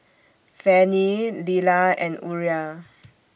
Fannye Lilah and Uriah